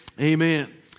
amen